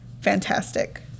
fantastic